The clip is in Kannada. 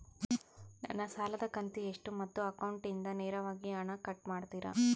ನನ್ನ ಸಾಲದ ಕಂತು ಎಷ್ಟು ಮತ್ತು ಅಕೌಂಟಿಂದ ನೇರವಾಗಿ ಹಣ ಕಟ್ ಮಾಡ್ತಿರಾ?